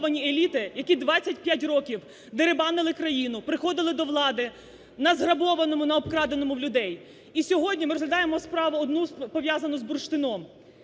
еліти, які 25 років дерибанили країну, приходили до влади на зграбованому, на обкраденому у людей. І сьогодні ми розглядаємо справу одну, пов'язану з бурштином.